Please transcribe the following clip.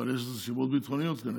יש לזה סיבות ביטחוניות, כנראה.